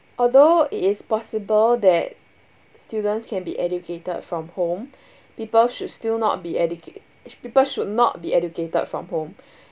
although it is possible that students can be educated from home people should still not be educate people should not be educated from home